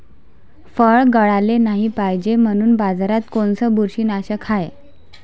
फळं गळाले नाही पायजे म्हनून बाजारात कोनचं बुरशीनाशक हाय?